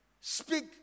speak